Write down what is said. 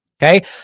Okay